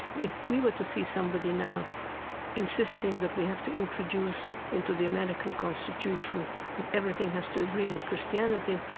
if we were to see somebody now insisting that we have to introduce into the american constitution that everything has to agree with christianity,